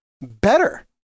better